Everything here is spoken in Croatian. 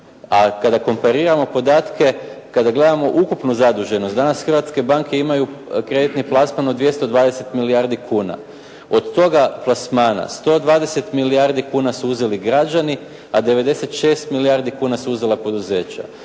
A kada kompariramo podatke, kada gledamo ukupnu zaduženost danas hrvatske banke imaju kreditni plasman od 220 milijardi kuna. Od toga plasmana 120 milijardi kuna su uzeli građani, a 96 milijardi kuna su uzela poduzeća.